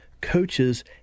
coaches